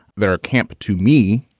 there are camp to me